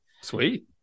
sweet